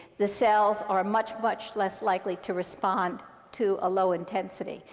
the cells are much, much less likely to respond to a low intensity.